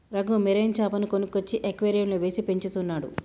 Raghu marine చాపను కొనుక్కొచ్చి అక్వేరియంలో వేసి పెంచుతున్నాడు